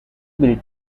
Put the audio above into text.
built